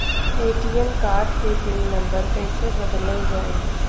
ATM card के pin number कईसे बदलल जाई?